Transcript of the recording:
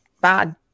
bad